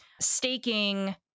staking